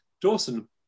Dawson